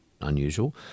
unusual